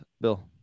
Bill